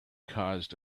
caused